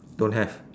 don't have